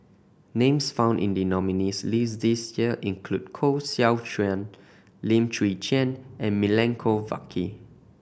names found in the nominees' list this year include Koh Seow Chuan Lim Chwee Chian and Milenko Prvacki